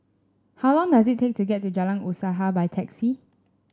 how long does it take to get to Jalan Usaha by taxi